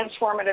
transformative